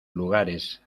lugares